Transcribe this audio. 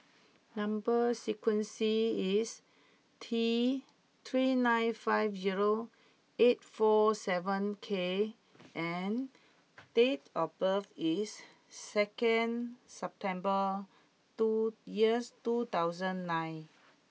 number sequence is T three nine five zero eight four seven K and date of birth is second September two yes two thousand nine